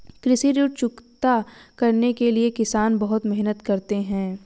कृषि ऋण चुकता करने के लिए किसान बहुत मेहनत करते हैं